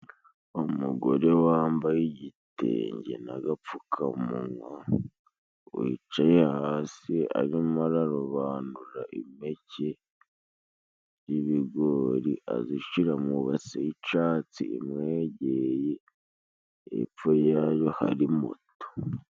Umugore wambaye igitenge n'agapfukamunwa, wicaye hasi arimo ararobanura impeke y'ibigori, azishira mu base y'icatsi imwegeye hepfo yaho hari moto.